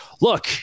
Look